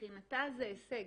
מבחינתה זה הישג,